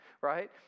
right